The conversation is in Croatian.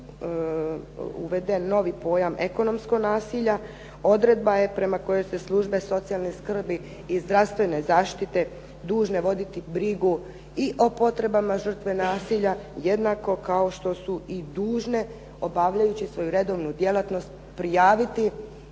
uveden novi pojam ekonomskog nasilja, odredba je prema kojoj se službe socijalne skrbi i zdravstvene zaštite dužne voditi brigu i o potrebama žrtve nasilja, jednako kao što su i dužne obavljajući svoju redovnu djelatnost prijaviti